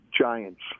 giants